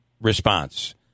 response